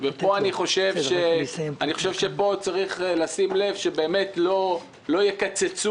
אני חושב שפה צריך לשים לב שבאמת לא יקצצו